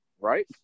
right